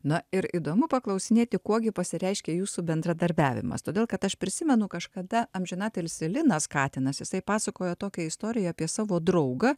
na ir įdomu paklausinėti kuo gi pasireiškia jūsų bendradarbiavimas todėl kad aš prisimenu kažkada amžinatilsį linas katinas jisai pasakojo tokią istoriją apie savo draugą